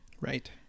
right